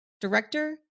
director